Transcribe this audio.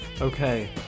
Okay